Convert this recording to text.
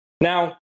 Now